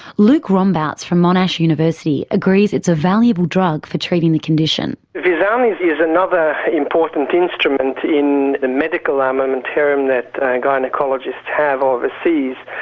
luk rombauts from monash university agrees it's a valuable drug for treating the condition. visanne is another important instrument in the medical armamentarium that and gynaecologists have overseas.